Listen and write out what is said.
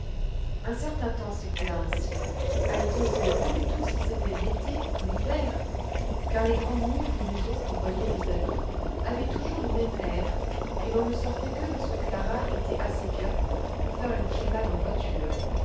un certain temps s'écoula ainsi heidi ne savait plus du tout si c'était l'été ou l'hiver car les grands murs des maisons qu'on voyait vis-à-vis avaient toujours le même air et l'on ne sortait que lorsque clara était assez bien pour faire une promenade en voiture